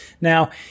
Now